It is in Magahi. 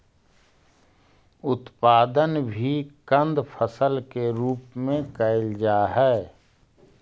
उत्पादन भी कंद फसल के रूप में कैल जा हइ